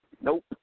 Nope